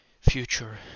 future